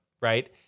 right